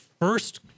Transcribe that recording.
first